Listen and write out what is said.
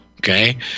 Okay